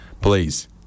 Please